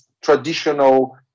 traditional